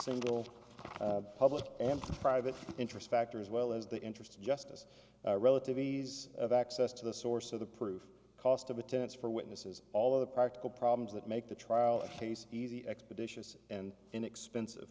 single public and private interest factor as well as the interest of justice relative ease of access to the source of the proof cost of attendance for witnesses all of the practical problems that make the trial case easy expeditious and inexpensive